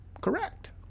correct